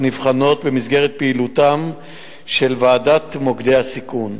נבחנות במסגרת פעילותה של ועדת מוקדי הסיכון.